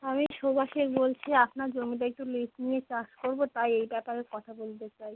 আমি শুভাশিস বলছি আপনার জমিটা একটু লিজ নিয়ে চাষ করবো তাই এই ব্যাপারে কথা বলতে চাই